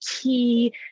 key